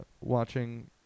watching